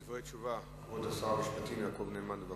דברי תשובה, כבוד שר המשפטים יעקב נאמן, בבקשה.